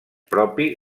propi